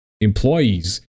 employees